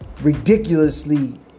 ridiculously